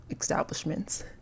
establishments